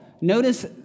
Notice